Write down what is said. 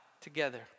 together